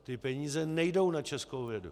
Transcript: Ty peníze nejdou na českou vědu.